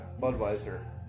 Budweiser